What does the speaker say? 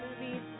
movies